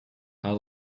are